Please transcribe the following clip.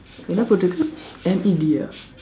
என்னா போட்டுருக்கு:ennaa pootdurukku M E D ah